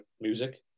music